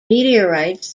meteorites